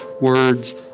words